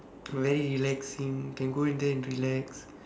very relaxing can go there and relax